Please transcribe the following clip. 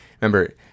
Remember